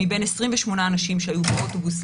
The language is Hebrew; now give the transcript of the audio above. מבין 28 אנשים שהיו באוטובוס,